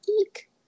eek